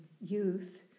youth